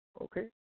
okay